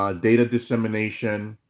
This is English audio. um data dissemination,